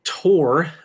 tour